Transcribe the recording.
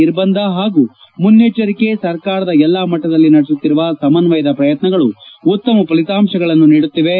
ನಿರ್ಬಂಧ ಹಾಗೂ ಮುನೈಚ್ಛರಿಕೆಗೆ ಸರ್ಕಾರದ ಎಲ್ಲ ಮಟ್ಟದಲ್ಲಿ ನಡೆಸುತ್ತಿರುವ ಸಮನ್ನಯದ ಪ್ರಯತ್ರಗಳು ಉತ್ತಮ ಫಲಿತಾಂಶಗಳು ನೀಡುತ್ತಿವೆ